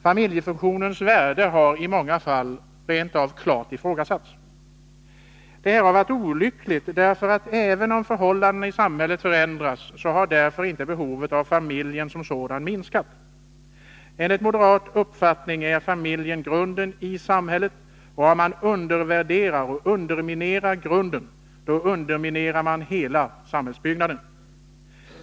Familjefunktionens värde har i många fall rent av klart ifrågasatts. Detta har varit olyckligt, därför att även om förhållandena i samhället förändrats, har därmed inte behovet av familjen som sådan minskat. Enligt moderat uppfattning är familjen grunden i samhället, och om man undervärderar grunden underminerar man hela samhällsbyggnaden.